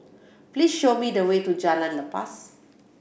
please show me the way to Jalan Lepas